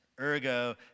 Ergo